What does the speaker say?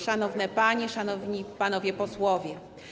Szanowne Panie, Szanowni Panowie Posłowie!